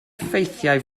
ffeithiau